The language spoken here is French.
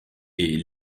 est